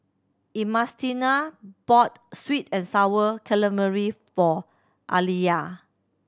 Ernestina bought sweet and Sour Calamari for Aliyah